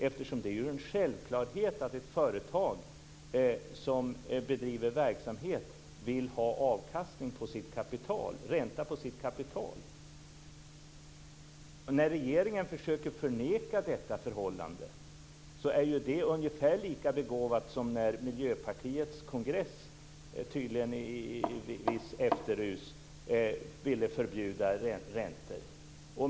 Det är nämligen en självklarhet att ett företag som bedriver verksamhet vill ha avkastning och ränta på sitt kapital. När regeringen försöker förneka detta förhållande är det ungefär lika begåvat som när Miljöpartiets kongress tydligen i visst efterrus ville förbjuda räntor.